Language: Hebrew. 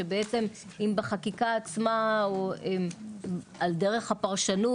שבעצם אם בחקיקה עצמה או על הדרך הפרשנות,